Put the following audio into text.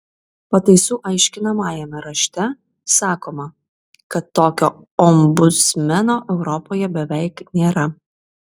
pataisų aiškinamajame rašte sakoma kad tokio ombudsmeno europoje beveik nėra